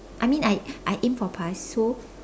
I mean I I aimed for pass so